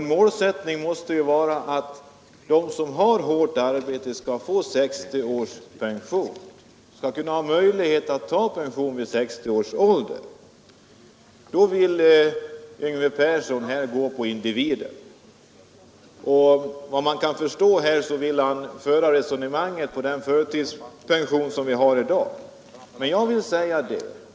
En målsättning måste vara att de som har hårt arbete skall ha möjlighet att ta pension vid 60 års ålder. Då vill Yngve Persson gå på individerna. Enligt vad jag förstår talar han för den typ av förtidspension vi har i dag.